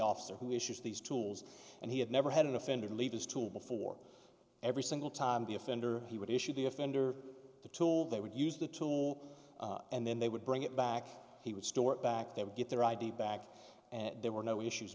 officer who issues these tools and he had never had an offender leave his tool before every single time the offender he would issue the offender the tool they would use the tool and then they would bring it back he would store it back they would get their id back and there were no issues